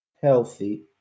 healthy